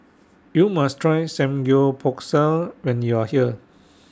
YOU must Try Samgeyopsal when YOU Are here